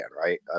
right